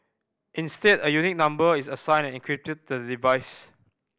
instead a unique number is assigned and encrypted to the device